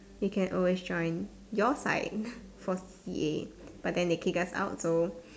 you can always join your side for C_C_A but then they kick us out so